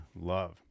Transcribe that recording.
love